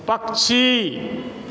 पक्षी